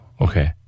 Okay